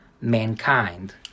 mankind